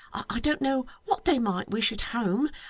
i don't know what they might wish at home.